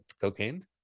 Cocaine